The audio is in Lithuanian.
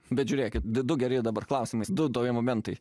bet žiūrėkit du gerai dabar klausimai du tokie momentai